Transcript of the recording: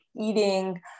eating